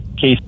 case